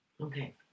okay